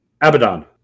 Abaddon